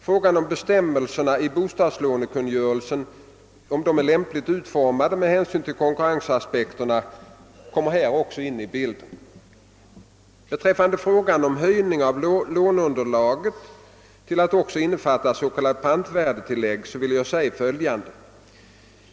Frågan om bestämmelserna i bostadslånekungörelsen är lämpligt utformade med hänsyn till konkurrensaspekterna kommer här också in i bilden. Beträffande frågan om en höjning av låneunderlaget till att också innefatta s.k. pantvärdetillägg vill jag säga följande.